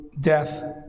death